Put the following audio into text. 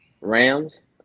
Rams